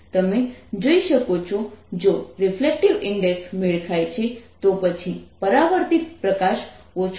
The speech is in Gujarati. તમે જોઈ શકો છો જો રિફ્લેક્ટિવ ઇન્ડેક્સ મેળ ખાય છે તો પછી પરાવર્તિત પ્રકાશ ઓછો છે